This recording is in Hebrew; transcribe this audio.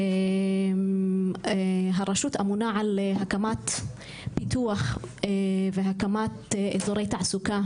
הרשות אמונה על הקמה ופיתוח של אזורי תעסוקה,